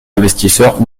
investisseurs